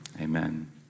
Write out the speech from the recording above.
amen